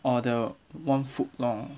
or the one foot long